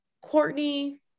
Courtney